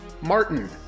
Martin